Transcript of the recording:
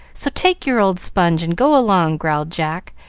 so take your old sponge and go along, growled jack,